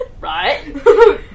Right